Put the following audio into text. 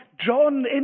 John